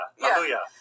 Hallelujah